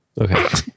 Okay